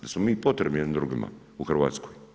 Da smo mi potrebni jedni drugima u Hrvatskoj.